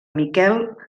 miquel